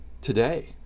today